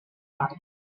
part